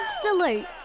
Salute